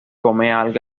algas